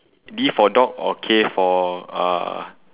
D for dog or K for uh